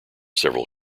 several